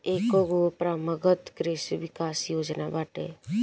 एकेगो परम्परागत कृषि विकास योजना बाटे